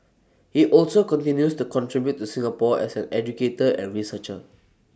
he also continues to contribute to Singapore as an educator and researcher